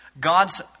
God's